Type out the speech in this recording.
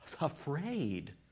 afraid